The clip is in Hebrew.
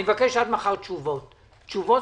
אני מבקש עד מחר תשובות ספציפיות,